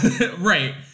right